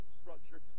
structure